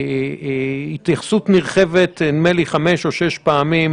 הסמכת שירות הביטחון הכללי לביצוע פעולות